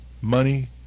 money